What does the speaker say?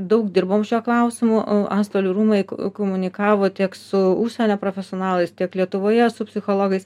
daug dirbom šiuo klausimu antstolių rūmai komunikavo tiek su užsienio profesionalais tiek lietuvoje su psichologais